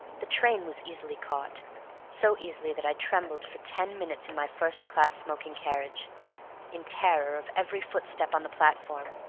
the train was easily caught so easily that i trembled for ten minutes in my first-class smoking carriage in terror of every footstep on the platform,